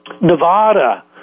Nevada